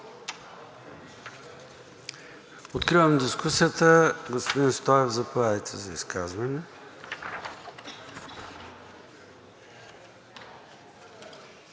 Откривам дискусията. Господин Стоев, заповядайте за изказване.